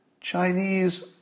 Chinese